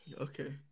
Okay